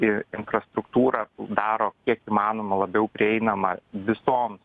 į infrastruktūrą daro kiek įmanoma labiau prieinamą visoms